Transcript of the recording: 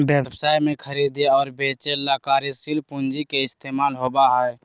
व्यवसाय में खरीदे और बेंचे ला कार्यशील पूंजी के इस्तेमाल होबा हई